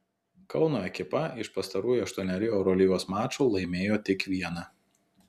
kauno ekipa iš pastarųjų aštuonerių eurolygos mačų laimėjo tik vieną